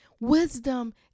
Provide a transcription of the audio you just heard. Wisdom